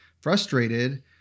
frustrated